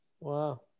wow